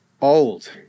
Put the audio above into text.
old